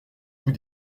bout